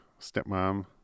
stepmom